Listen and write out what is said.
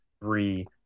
three